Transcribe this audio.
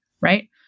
right